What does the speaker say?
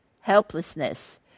Helplessness